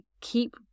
Keep